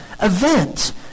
event